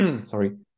Sorry